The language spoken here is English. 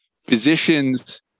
Physicians